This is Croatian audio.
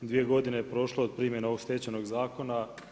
Dvije godine je prošlo od primjene ovog Stečajnog zakona.